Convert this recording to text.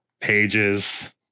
pages